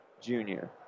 junior